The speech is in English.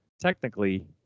technically